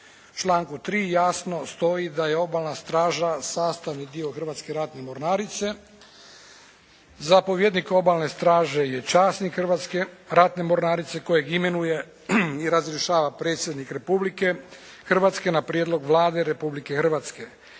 U članku 3. jasno stoji da je Obalna straža sastavni dio Hrvatske ratne mornarice. Zapovjednik Obalne straže je časnik Hrvatske ratne mornarice kojeg imenuje i razrješava Predsjednik Republike Hrvatske na prijedlog Vlade Republike Hrvatske.